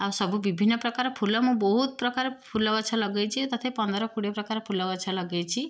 ଆଉ ସବୁ ବିଭିନ୍ନ ପ୍ରକାର ଫୁଲ ମୁଁ ବହୁତ ପ୍ରକାର ଫୁଲ ଗଛ ଲଗେଇଛି ତଥାପି ପନ୍ଦର କୋଡ଼ିଏ ପ୍ରକାର ଫୁଲ ଗଛ ଲଗେଇଛି